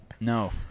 No